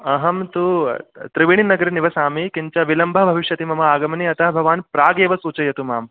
अहं तु त्रिवेणी नगरे निवसामि किञ्च विलम्बः भविष्यति मम आगमने अतः भवान् प्रागेव सूचयतु माम्